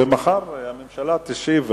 ומחר הממשלה תשיב,